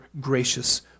gracious